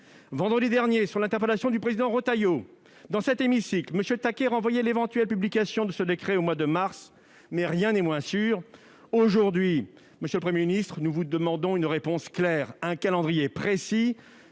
Vendredi dernier, sur l'interpellation du président Retailleau dans cet hémicycle, M. Taquet renvoyait l'éventuelle publication de ce décret au mois de mars. Toutefois, rien n'est moins sûr. Aujourd'hui, monsieur le Premier ministre, nous vous demandons une réponse claire, un calendrier précis.